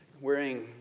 wearing